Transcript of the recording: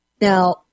Now